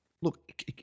look